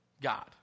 god